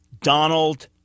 Donald